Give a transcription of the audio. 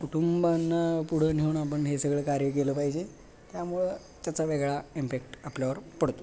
कुटुंबांना पुढं नेऊन आपण हे सगळं कार्य केलं पाहिजे त्यामुळं त्याचा वेगळा इम्पॅक्ट आपल्यावर पडतो